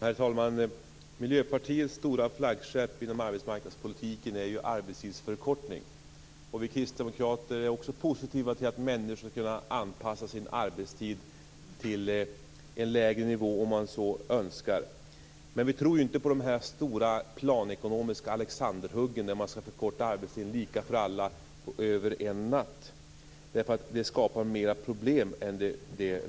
Herr talman! Miljöpartiets stora flaggskepp inom arbetsmarknadspolitiken är ju arbetstidsförkortning. Vi kristdemokrater är också positiva till att människor skall kunna anpassa sin arbetstid till en lägre nivå om man så önskar. Men vi tror inte på stora planekonomiska alexanderhugg där man skall förkorta arbetstiden, lika för alla, över en natt. Det skapar mer problem än det löser.